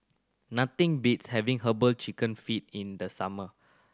nothing beats having Herbal Chicken Feet in the summer